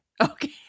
Okay